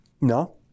No